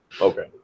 okay